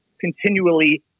continually